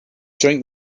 drink